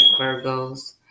Virgos